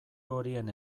horien